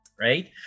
right